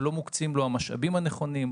שלא מוקצים לו המשאבים הנכונים,